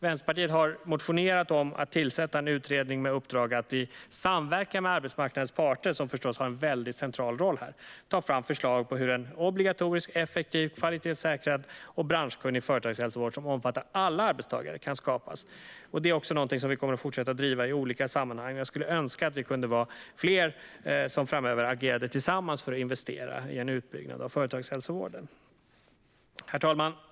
Vänsterpartiet har motionerat om att tillsätta en utredning med uppdrag att i samverkan med arbetsmarknadens parter, som förstås har en central roll här, ta fram förslag på hur en obligatorisk, effektiv, kvalitetssäkrad och branschkunnig företagshälsovård som omfattar alla arbetstagare kan skapas. Det är också något som vi kommer att fortsätta att driva i olika sammanhang. Jag skulle önska att vi kunde vara fler som framöver agerade tillsammans för att investera i en utbyggnad av företagshälsovården. Herr talman!